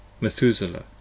Methuselah